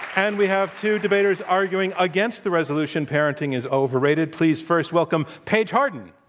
and we have two debaters arguing against the resolution parenting is overrated. please, first, welcome paige harden.